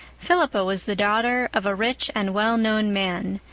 philippa was the daughter of a rich and well-known man,